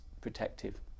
protective